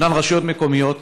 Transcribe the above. ישנן רשויות מקומיות